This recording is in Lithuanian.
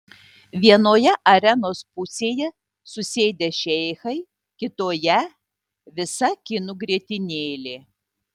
vienoje arenos pusėje susėdę šeichai kitoje visa kinų grietinėlė